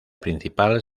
principal